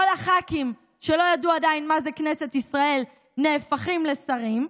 כל הח"כים שלא ידעו עדיין מה זה כנסת ישראל נהפכים לשרים,